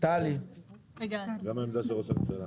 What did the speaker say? אני מהלשכה המשפטית